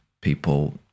people